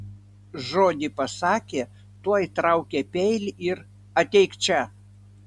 žodį pasakė tuoj traukia peilį ir ateik čia